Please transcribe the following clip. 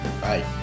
Bye